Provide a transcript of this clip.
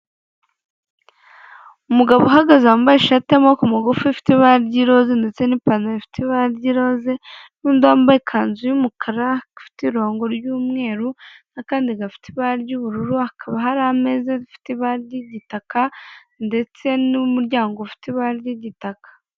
Umugabo uhagaze wambaye ishati y’amaboko magufi ifite ibara ry'iroza ndetse n'ipantaro ifite ibara ry’iroza, n'undi wambaye ikanzu y’umukara ifite ibirongo by'umweru n'akandi gafite ibara ry'ubururu, hakaba har’ameza afite ibara ry’igitaka ndetse n'umuryango ufite ibara ry'igitaka.